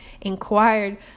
inquired